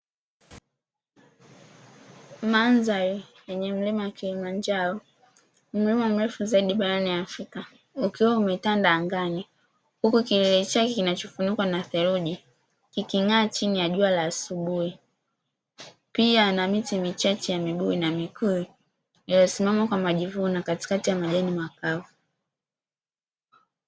Mandhari yenye mlima Kilimanjaro mlima mrefu zaidi barani Afrika ukiwa umetanda angani huku kilele chake kinachofunikwa na theluji kiking'aa chini ya jua la asubuhi; pia na miti michache ya mibuyu na mikuyu imesimama kwa majivuno katikati ya majani makavu.